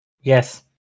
Yes